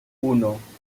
uno